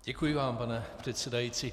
Děkuji vám, pane předsedající.